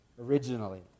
originally